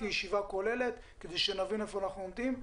ישיבה כוללת כדי שנבין איפה אנחנו עומדים,